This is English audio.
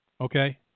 okay